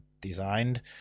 designed